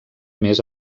més